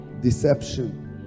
deception